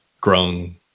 grown